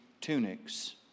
tunics